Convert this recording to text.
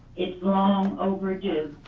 it's long overdue.